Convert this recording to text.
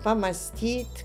pamąstyti kaip sako